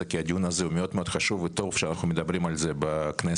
כי הדיון הזה הוא מאוד חשוב וטוב שאנחנו מדברים על זה בכנסת.